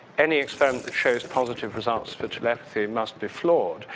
any experiment shows positive results for telepathy must be flawed.